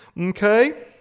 Okay